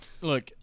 Look